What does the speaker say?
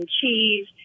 cheese